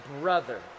brother